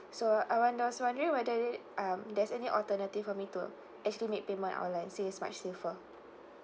so I wonder so wondering whether it is um there's any alternative for me to actually make payment online say it's much safer